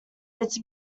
its